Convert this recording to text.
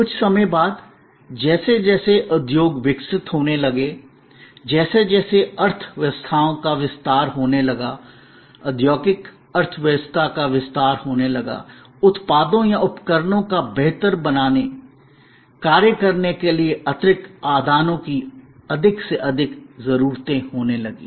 कुछ समय बाद जैसे जैसे उद्योग विकसित होने लगे जैसे जैसे अर्थव्यवस्थाओं का विस्तार होने लगा औद्योगिक अर्थव्यवस्था का विस्तार होने लगा उत्पादों या उपकरणों को बेहतर बनाने कार्य करने के लिए अतिरिक्त आदानों की अधिक से अधिक जरूरतें होने लगीं